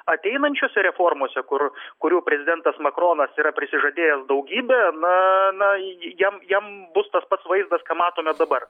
ateinančiose reformose kur kurių prezidentas makaronas yra prisižadėjęs daugybę na na jam jam bus tas pats vaizdas ką matome dabar